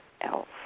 else